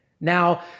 Now